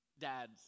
dads